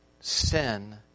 sin